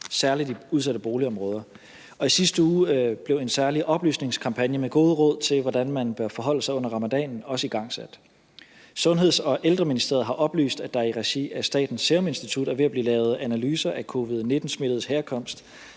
særligt i udsatte boligområder. Og i sidste uge blev en særlig oplysningskampagne med gode råd til, hvordan man bør forholde sig under ramadanen, også igangsat. Sundheds- og Ældreministeriet har oplyst, at der i regi af Statens Serum Institut er ved at blive lavet analyser af covid-19-smittedes herkomst,